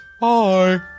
Bye